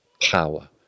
power